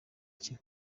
cye